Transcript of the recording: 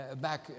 back